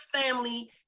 family